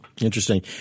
Interesting